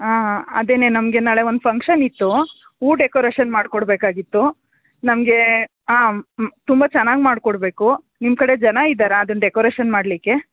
ಹಾಂ ಅದೇ ನಮಗೆ ನಾಳೆ ಒಂದು ಫಂಕ್ಷನ್ ಇತ್ತು ಹೂ ಡೆಕೋರೇಶನ್ ಮಾಡಿ ಕೊಡಬೇಕಾಗಿತ್ತು ನಮಗೆ ಹಾಂ ತುಂಬಾ ಚೆನ್ನಾಗಿ ಮಾಡಿಕೊಡ್ಬೇಕು ನಿಮ್ಮ ಕಡೆ ಜನ ಇದ್ದಾರಾ ಅದನ್ನ ಡೆಕೋರೇಶನ್ ಮಾಡಲಿಕ್ಕೆ